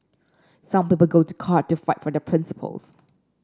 some people go to court to fight for their principles